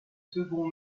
second